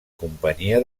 companyia